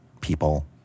people